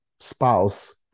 Spouse